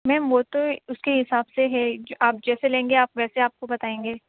میم وہ تو اس کے حساب سے ہے آپ جیسے لیں گے آپ ویسے آپ کو بتائیں گے